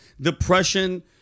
depression